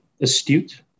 Astute